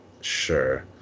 Sure